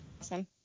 Awesome